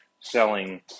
selling